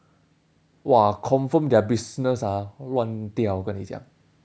!wah! confirm their business ah 乱掉跟你讲